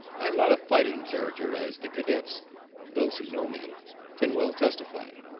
i am not a fighting character, as the cadets those who know me can well testify.